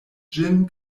ĝin